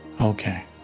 Okay